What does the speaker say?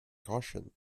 caution